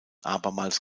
abermals